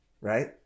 right